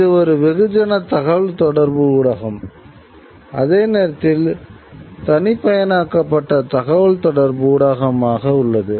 இது ஒரு வெகுஜன தகவல்தொடர்பு ஊடகம் அதே நேரத்தில் தனிப்பயனாக்கப்பட்ட தகவல்தொடர்பு ஊடகமாக உள்ளது